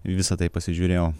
į visą tai pasižiūrėjau